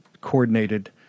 coordinated